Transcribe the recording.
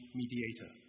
mediator